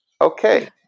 okay